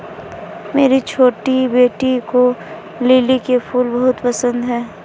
मेरी छोटी बेटी को लिली के फूल बहुत पसंद है